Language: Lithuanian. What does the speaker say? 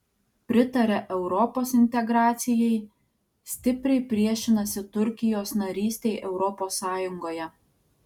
pritaria europos integracijai stipriai priešinasi turkijos narystei europos sąjungoje